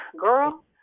girl